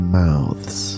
mouths